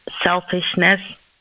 selfishness